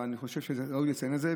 ואני חושב שראוי לציין את זה,